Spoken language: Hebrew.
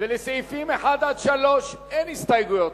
ולסעיפים 1 3 אין הסתייגויות,